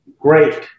Great